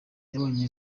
yabonye